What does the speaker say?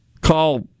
call